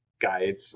guides